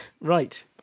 Right